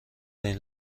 این